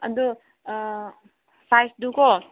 ꯑꯗꯣ ꯁꯥꯏꯖꯇꯣ ꯀꯣ